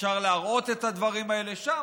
אפשר להראות את הדברים האלה שם.